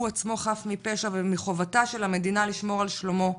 עצמו חף מפשע ומחובתה של המדינה לשמור על שלומו,